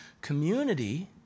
Community